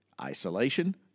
isolation